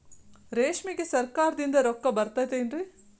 ರೇಷ್ಮೆಗೆ ಸರಕಾರದಿಂದ ರೊಕ್ಕ ಬರತೈತೇನ್ರಿ?